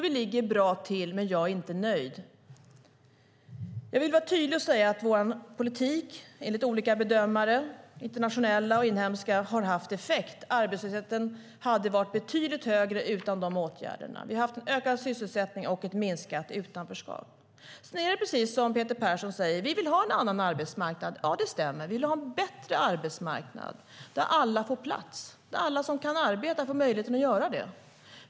Vi ligger alltså bra till, men jag är inte nöjd. Jag vill vara tydlig och säga att vår politik enligt olika internationella och inhemska bedömare har haft effekt. Arbetslösheten hade varit betydligt högre utan dessa åtgärder. Vi har haft en ökad sysselsättning och ett minskat utanförskap. Det är precis som Peter Persson säger: Vi vill ha en annan arbetsmarknad. Det stämmer. Vi vill ha en bättre arbetsmarknad där alla får plats och där alla som kan arbeta får möjlighet att göra det.